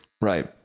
Right